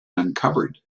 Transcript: uncovered